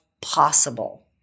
possible